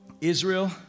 Israel